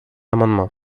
amendement